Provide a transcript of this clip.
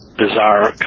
bizarre